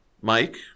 Mike